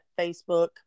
Facebook